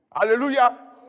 Hallelujah